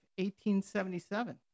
1877